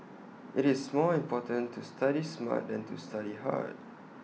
IT is more important to study smart than to study hard